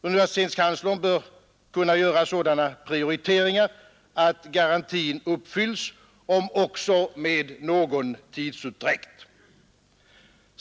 Universitetskanslern bör kunna ge sådana prioriteringar att garantin uppfylls om också med någon tidsutdräkt.